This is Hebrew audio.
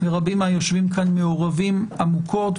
ורבים מהיושבים כאן מעורבים עמוקות,